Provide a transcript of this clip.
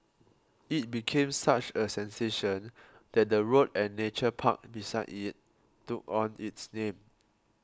it became such a sensation that the road and nature park beside it took on its name